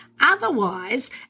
Otherwise